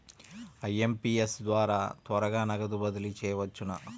IMPS ద్వారా త్వరగా నగదు బదిలీ చేయవచ్చునా?